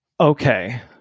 Okay